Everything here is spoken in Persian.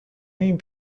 این